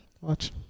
Watch